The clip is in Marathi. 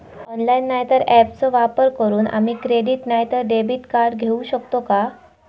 ऑनलाइन नाय तर ऍपचो वापर करून आम्ही क्रेडिट नाय तर डेबिट कार्ड घेऊ शकतो का?